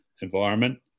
environment